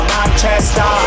Manchester